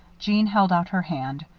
jeanne held out her hand.